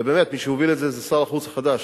ובאמת מי שהוביל את זה זה שר החוץ החדש,